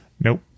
nope